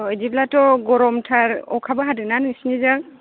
बिदिब्लाथ' गरमथार अखाबो हादोंना नोंसिनिजों